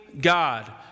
God